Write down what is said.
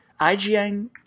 ign